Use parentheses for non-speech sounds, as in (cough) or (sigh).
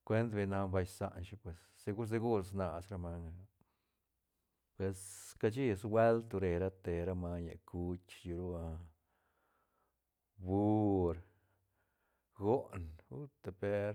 scuent beñ nac bal isanshi pues segur- segur snas ra manga pes cashi suelt bre rate mañe cuch chic ru (hesitation) bur goon uta per.